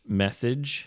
message